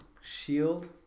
shield